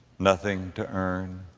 nothing to earn.